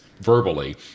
verbally